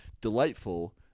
delightful